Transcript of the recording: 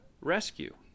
rescue